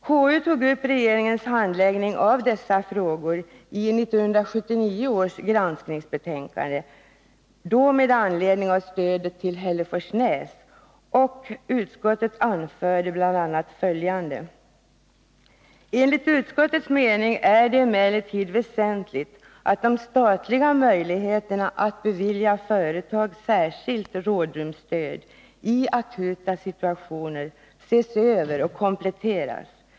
KU tog upp regeringens handläggning av dessa frågor i 1979 års granskningsbetänkande, med anledning av stödet till Hälleforsnäs, och utskottet anförde bl.a. följande: ”Enligt utskottets mening är det emellertid väsentligt att de statliga möjligheterna att bevilja företag särskilt rådsrumsstöd i akuta situationer ses över och kompletteras.